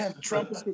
Trump